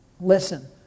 listen